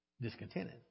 discontented